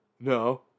No